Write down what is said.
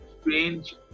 strange